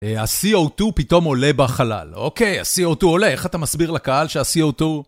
ה-CO2 פתאום עולה בחלל, אוקיי, ה-CO2 עולה, איך אתה מסביר לקהל שה-CO2...